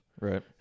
Right